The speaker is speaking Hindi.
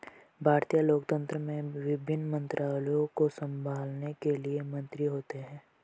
भारतीय लोकतंत्र में विभिन्न मंत्रालयों को संभालने के लिए मंत्री होते हैं